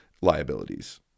liabilities